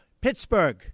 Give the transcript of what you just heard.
Pittsburgh